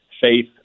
faith